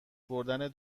بردن